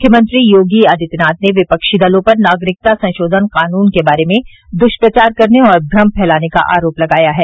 मुख्यमंत्री योगी आदित्यनाथ ने विपक्षी दलों पर नागरिकता संशोधन कानून के बारे में दुष्प्रचार करने और भ्रम फैलाने का आरोप लगाया है